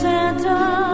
Santa